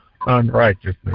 unrighteousness